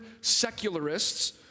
secularists